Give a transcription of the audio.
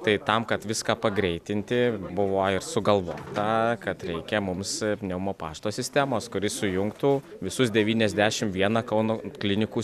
tai tam kad viską pagreitinti buvo ir sugalvota kad reikia mums pneumo pašto sistemos kuri sujungtų visus devyniasdešimt vieną kauno klinikų